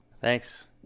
Thanks